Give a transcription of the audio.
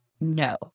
no